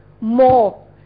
more